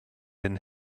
and